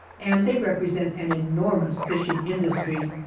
and they represent an enormous fishing industry.